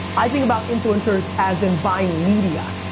i think about influencers as in buying media,